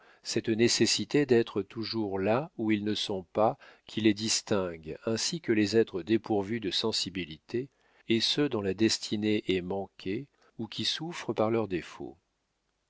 cette nécessité d'être toujours là où ils ne sont pas qui les distingue ainsi que les êtres dépourvus de sensibilité et ceux dont la destinée est manquée ou qui souffrent par leur faute